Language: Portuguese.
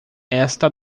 esta